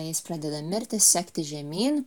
jis pradeda mirti sekti žemyn